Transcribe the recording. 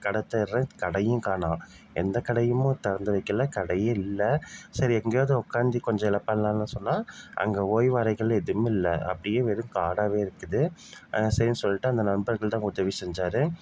கடை தேடுறேன் கடையும் காணும் எந்த கடையும் திறந்து வைக்கலை கடையும் இல்லை சரி எங்கேயாவது உட்காந்து கொஞ்சம் இளப்பாறலாம்னு சொன்னால் அங்கே ஓய்வறைகள் எதுவுமே இல்லை அப்படியே வெறும் காடாகவே இருக்குது சரின்னு சொல்லிட்டு அந்த நண்பர்கள் தான் உதவி செஞ்சார்